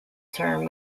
term